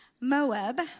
Moab